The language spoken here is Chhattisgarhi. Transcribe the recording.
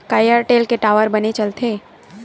का एयरटेल के टावर बने चलथे?